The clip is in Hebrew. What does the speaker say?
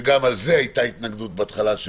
שגם על זה הייתה התנגדות בהתחלה.